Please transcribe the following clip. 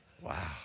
Wow